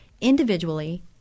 individually